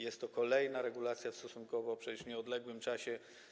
Jest to kolejna regulacja w stosunkowo przecież nieodległym czasie.